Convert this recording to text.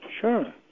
sure